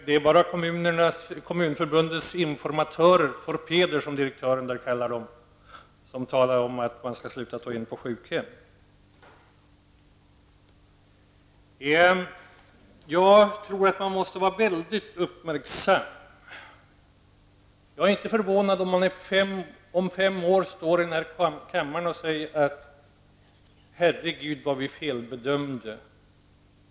Det är bara Kommunförbundets informatörer -- torpeder som direktören där kallar dem -- som talar om att man skall sluta ta in på sjukhem. Vi måste vara uppmärksamma. Jag blir inte förvånad om vi om fem år står här i kammaren och säger: Herregud vad vi felbedömde!